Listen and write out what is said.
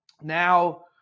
now